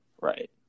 Right